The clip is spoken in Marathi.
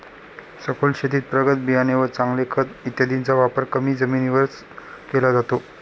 सखोल शेतीत प्रगत बियाणे व चांगले खत इत्यादींचा वापर कमी जमिनीवरच केला जातो